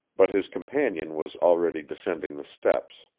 but his companion was already descending the steps.